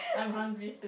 I'm hungry